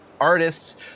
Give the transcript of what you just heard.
artists